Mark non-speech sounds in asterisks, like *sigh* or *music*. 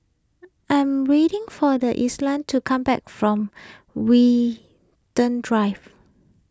I am waiting for the Islam to come back from *unintelligible* Drive